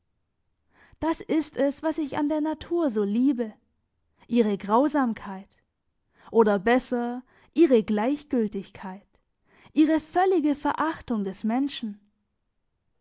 das ist es was ich an der natur so liebe ihre grausamkeit oder besser ihre gleichgültigkeit ihre völlige verachtung des menschen